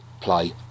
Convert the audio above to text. play